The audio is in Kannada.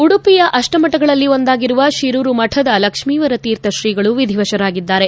ಉಡುಪಿಯ ಅಷ್ಷಮಠಗಳಲ್ಲಿ ಒಂದಾಗಿರುವ ಶಿರೂರು ಮಠದ ಲಕ್ಷೀವರ ತೀರ್ಥ ತ್ರೀಗಳು ವಿಧಿವಶರಾಗಿದ್ದಾರೆ